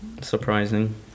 Surprising